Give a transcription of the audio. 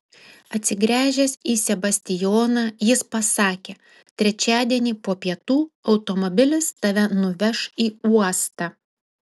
atsigręžęs į sebastijoną jis pasakė trečiadienį po pietų automobilis tave nuveš į uostą